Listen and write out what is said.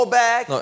back